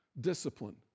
Discipline